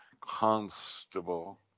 constable